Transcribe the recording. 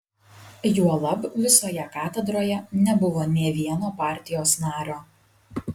juolab visoje katedroje nebuvo nė vieno partijos nario